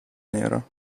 nera